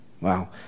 Wow